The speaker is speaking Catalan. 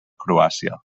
croàcia